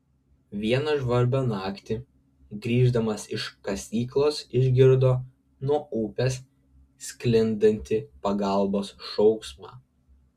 vieną žvarbią naktį grįždamas iš kasyklos išgirdo nuo upės sklindantį pagalbos šauksmą